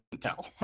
tell